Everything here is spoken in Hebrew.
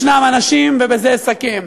יש אנשים, ובזה אסכם,